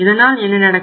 இதனால் என்ன நடக்கும்